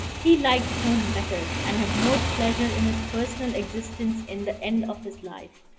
he liked home better, and had more pleasure in his personal existence in the end of his life.